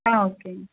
ஆ ஓகேங்க